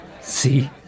See